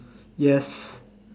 yes